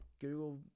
Google